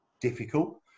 difficult